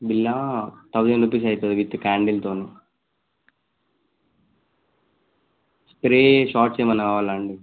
bill thousand rupees అయితది with క్యాండిల్తో స్రే షార్ట్స్ ఏమైనా కావాలండి